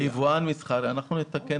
אנחנו נתקן